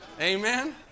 Amen